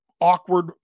awkward